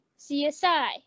CSI